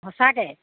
সঁচাকৈ